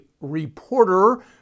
reporter